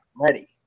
ready